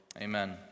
Amen